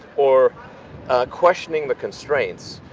or questioning the constraints,